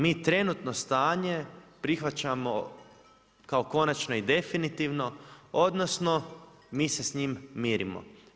Mi trenutno stanje prihvaćamo kao konačno i definitivno, odnosno mi se s njim mirimo.